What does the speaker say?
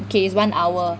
okay it's one hour